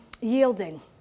yielding